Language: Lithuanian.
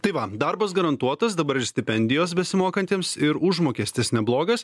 tai va darbas garantuotas dabar ir stipendijos besimokantiems ir užmokestis neblogas